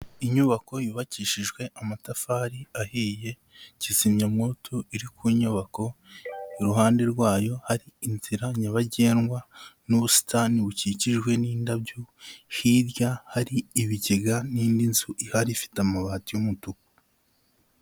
Inyubako yubakishijwe amatafari ahiye, kizimyamwoto iri ku nyubako, iruhande rwayo hari inzira nyabagendwa, n'ubusitani bukikijwe n'indabyo, hirya hari ibigega n'indi nzu ihari ifite amabati y'umutuku.